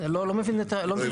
אני לא מבין את השאלה.